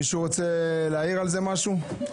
מישהו רוצה להעיר על זה משהו?